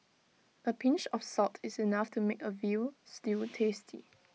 A pinch of salt is enough to make A Veal Stew tasty